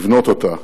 לבנות אותה.